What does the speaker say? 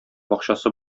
бакчасы